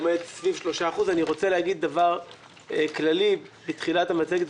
עומדת סביב 3%. אני רוצה לומר דבר כללי בתחילת המצגת,